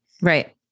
Right